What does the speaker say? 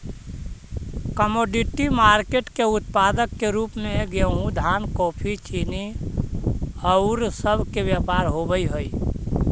commodity market के उत्पाद के रूप में गेहूं धान कॉफी चीनी औउर सब के व्यापार होवऽ हई